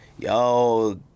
yo